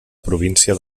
província